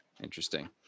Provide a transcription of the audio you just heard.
interesting